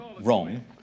wrong